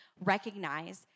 recognize